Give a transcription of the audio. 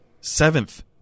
seventh